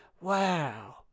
Wow